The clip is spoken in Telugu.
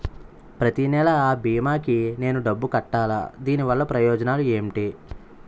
ప్రతినెల అ భీమా కి నేను డబ్బు కట్టాలా? దీనివల్ల ప్రయోజనాలు ఎంటి?